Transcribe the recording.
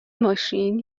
ماشین